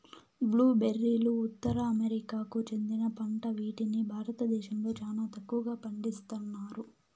blue బెర్రీలు ఉత్తర అమెరికాకు చెందిన పంట వీటిని భారతదేశంలో చానా తక్కువగా పండిస్తన్నారు